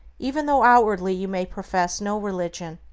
even though outwardly you may profess no religion.